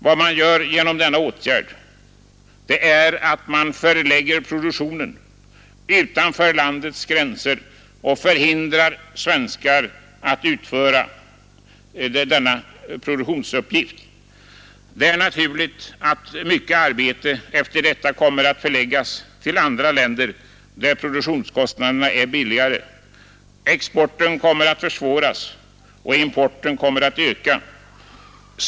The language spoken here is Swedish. Vad man åstadkommer genom denna åtgärd är att produktionen förlägges utanför landets gränser och hindrar svenskar att utföra denna produktion. Det är naturligt att mycket arbete efter detta kommer att förläggas till andra länder, där produktionskostnaderna är lägre. Exporten kommer att försvåras, och importen kommer att öka.